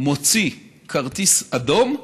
מוציא כרטיס אדום,